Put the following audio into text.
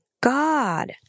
God